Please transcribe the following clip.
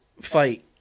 fight